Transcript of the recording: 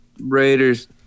raiders